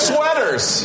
Sweaters